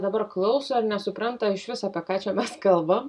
dabar klauso ir nesupranta išvis apie ką čia mes kalbam